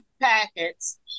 packets